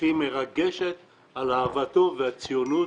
הכי מרגשת על אהבתו והציונות